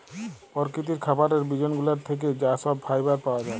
পরকিতির খাবারের বিজগুলানের থ্যাকে যা সহব ফাইবার পাওয়া জায়